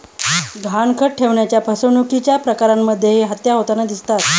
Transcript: गहाणखत ठेवण्याच्या फसवणुकीच्या प्रकरणांमध्येही हत्या होताना दिसतात